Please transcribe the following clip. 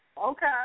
Okay